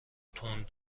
تند